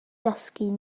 dysgu